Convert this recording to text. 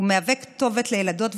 מהווה כתובת לילדות ונערות,